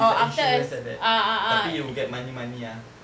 like insurance like that tapi you will get monthly money ah